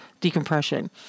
decompression